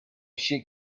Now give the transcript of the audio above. she